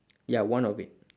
ya one of it